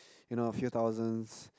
you know a few thousands